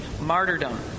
martyrdom